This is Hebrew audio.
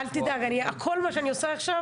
שלך.